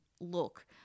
look